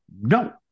No